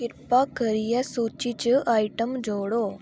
कृपा करियै सूची च आइटम जोड़ो